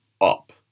up